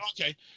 Okay